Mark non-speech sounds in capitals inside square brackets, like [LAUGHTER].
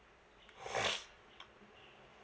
[NOISE]